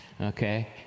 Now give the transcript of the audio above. Okay